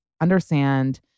understand